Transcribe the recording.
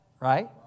right